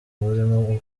burimo